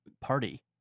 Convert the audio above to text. Party